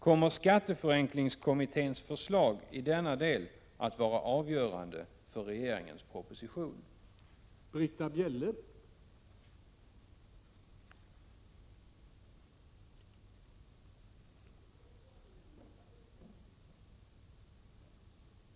Kommer skatteförenklingskommitténs förslag i denna del att vara Prot. 1987/88:49 avgörande för regeringens proposition? 12 januari 1988